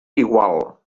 igual